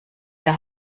der